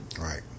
Right